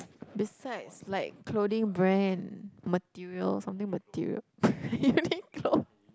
besides like clothing brand material something material Uniqlo